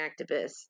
activists